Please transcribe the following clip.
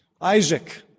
Isaac